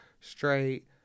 straight